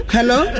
Hello